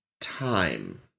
time